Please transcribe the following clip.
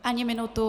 Ani minutu.